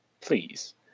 Please